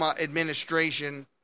administration